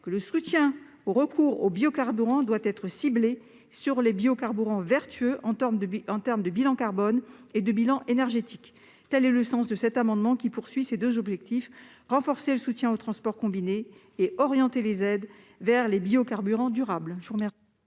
que le soutien au recours aux biocarburants doit être ciblé sur les biocarburants vertueux en termes de bilan carbone et de bilan énergétique. Notre objectif est donc double : renforcer le soutien au transport combiné et orienter les aides vers les biocarburants durables.